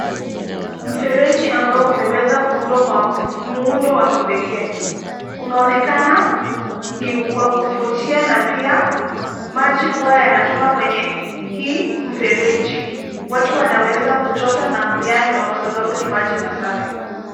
Mfereji ambao umeweza kuundwa kwa muundo wa kipekee. Unaonekana ni wa kuvutia na pia maji huwa yanatoka kwenye hii mfereji. Watu wanaweza kuchota na kuyanywa kwa sababu ni maji masafi.